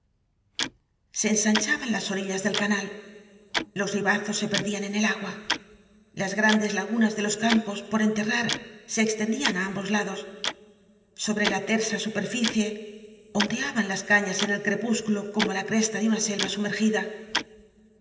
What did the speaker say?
se ensanchaban las orillas del canal los ri bazos se perdían en el agua las grandes lagunas de los campos por enterrar se extendían á ambos lados sobre la tersa superficie ondeaban las cafiaa en el crepúsculo como la cresta de una selva samergida